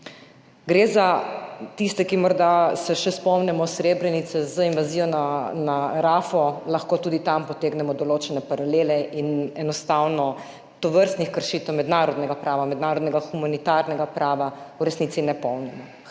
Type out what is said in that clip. sodišča. Tisti, ki se morda še spomnimo Srebrenice, lahko z invazijo na Rafo tudi potegnemo določene paralele. Enostavno tovrstnih kršitev mednarodnega prava, mednarodnega humanitarnega prava v resnici ne pomnimo.